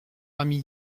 ami